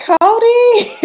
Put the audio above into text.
Cody